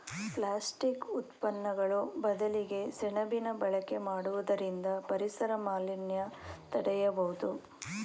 plastic ಉತ್ಪನ್ನಗಳು ಬದಲಿಗೆ ಸೆಣಬಿನ ಬಳಕೆ ಮಾಡುವುದರಿಂದ ಪರಿಸರ ಮಾಲಿನ್ಯ ತಡೆಯಬೋದು